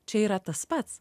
čia yra tas pats